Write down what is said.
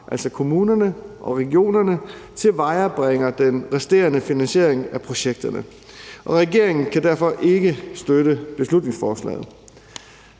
altså kommunerne og regionerne, tilvejebringer den resterende finansiering af projekterne, og regeringen kan derfor ikke støtte beslutningsforslaget.